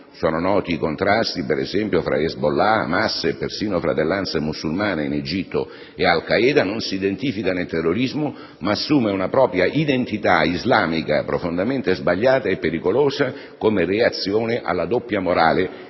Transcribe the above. (sono noti i contrasti, per esempio, fra Hezbollah, Hamas e persino Fratellanza musulmana, in Egitto, e Al Qaeda), ma assume una propria identità islamica, profondamente sbagliata e pericolosa, come reazione alla doppia morale